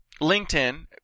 LinkedIn